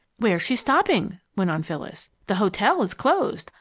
where's she stopping? went on phyllis. the hotel is closed.